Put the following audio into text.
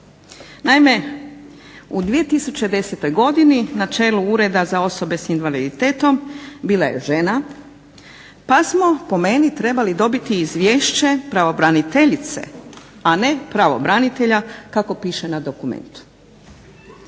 Naime, u 2010. godini na čelu Ureda za osobe s invaliditetom bila je žena pa smo po meni dobili izvješće pravobraniteljice, a ne pravobranitelja kako piše na dokumentu.